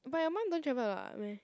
but your mum don't travel a lot meh